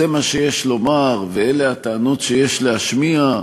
זה מה שיש לומר ואלה הטענות שיש להשמיע,